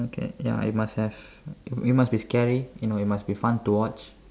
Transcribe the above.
okay ya it must have it must be scary you know it must be fun to watch